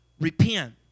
repent